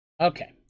Okay